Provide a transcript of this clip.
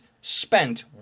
spent